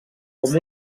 com